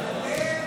להעביר